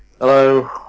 Hello